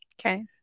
Okay